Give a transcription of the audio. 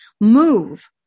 move